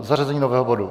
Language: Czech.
Zařazení nového bodu.